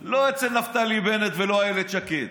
לא אצל נפתלי בנט ולא אצל אילת שקד.